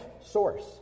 source